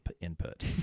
input